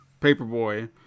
Paperboy